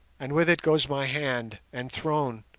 and with it goes my hand, and throne,